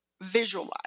visualize